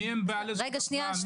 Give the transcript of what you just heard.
מיהם בעלי זכות הבחירה?